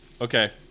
Okay